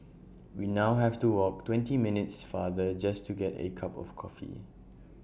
we now have to walk twenty minutes farther just to get A cup of coffee